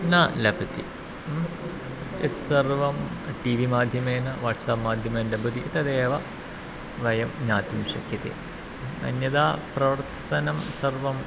न लभते ह्म् यत्सर्वं टि वि माध्यमेन वाट्सप् माध्यमेन लभते तदेव वयं ज्ञातुं शक्यते ह्म् अन्यथा प्रवृत्तं सर्वं